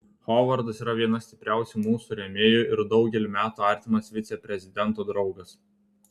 hovardas yra vienas stipriausių mūsų rėmėjų ir daugelį metų artimas viceprezidento draugas